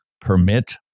permit